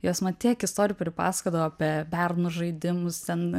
jos man tiek istorijų pripasakodavo apie bernų žaidimus ten